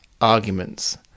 arguments